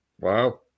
Wow